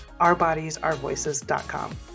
ourbodiesourvoices.com